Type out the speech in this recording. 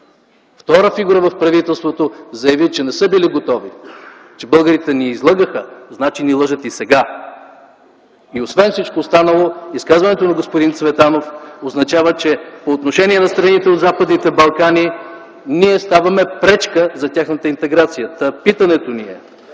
втората фигура в правителството, заяви, че не са били готови - че българите ни излъгаха. Значи ни лъжат и сега!”. Освен всичко останало, изказването на господин Цветанов означава, че по отношение на страните от Западните Балкани ние ставаме пречка за тяхната интеграция. (Викове